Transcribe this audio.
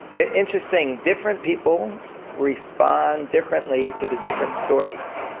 ah interesting. different people respond differently to the different stories.